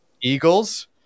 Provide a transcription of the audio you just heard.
Eagles